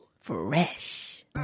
Fresh